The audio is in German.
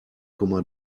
komma